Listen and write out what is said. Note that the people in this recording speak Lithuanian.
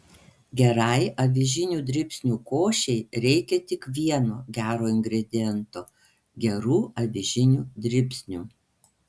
gerai avižinių dribsnių košei reikia tik vieno gero ingrediento gerų avižinių dribsnių